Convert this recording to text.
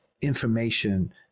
information